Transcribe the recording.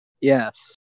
Yes